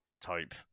type